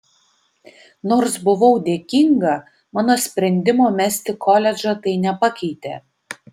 nors buvau dėkinga mano sprendimo mesti koledžą tai nepakeitė